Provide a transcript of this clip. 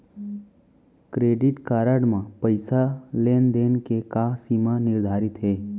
Credit card म पइसा लेन देन के का सीमा निर्धारित हे?